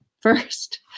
first